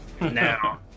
now